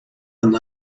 and